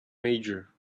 mayor